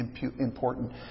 important